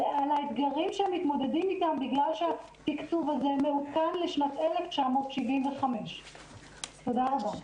האתגרים שהם מתמודדים איתם בגלל שהתקצוב הזה מעודכן לשנת 1975. תודה רבה.